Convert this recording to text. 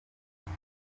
iyi